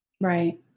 Right